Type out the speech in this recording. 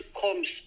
comes